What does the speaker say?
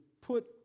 put